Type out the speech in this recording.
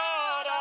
God